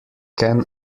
can